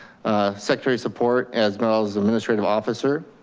secretary support as well as administrative officer.